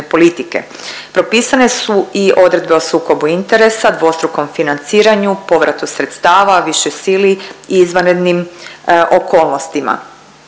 politike. Propisane su i odredbe o sukobu interesa, dvostrukom financiranju, povratu sredstava, višoj sili i izvanrednim okolnostima.